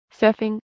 Surfing